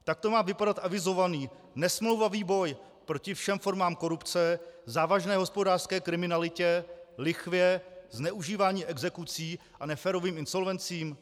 Takto má vypadat avizovaný nesmlouvavý boj proti všem formám korupce, závažné hospodářské kriminalitě, lichvě, zneužívání exekucí a neférovým insolvencím?